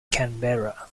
canberra